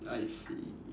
I see